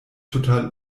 total